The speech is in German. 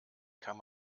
kann